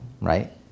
right